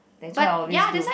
that's what I always do